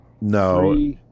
No